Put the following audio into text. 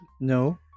no